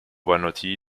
banotti